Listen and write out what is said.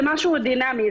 זה משהו דינמי,